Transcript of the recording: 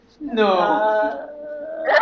No